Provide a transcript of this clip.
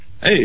Hey